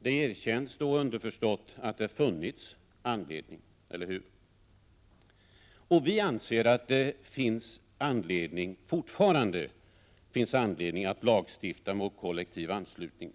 Underförstått erkänns alltså att det funnits anledning, eller hur? Vi anser att det fortfarande finns anledning att lagstifta mot kollektiv anslutning.